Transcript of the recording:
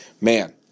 man